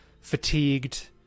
fatigued